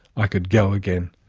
i could go again.